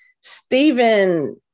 Stephen